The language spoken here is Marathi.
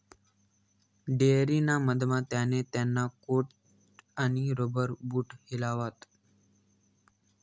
डेयरी ना मधमा त्याने त्याना कोट आणि रबर बूट हिलावात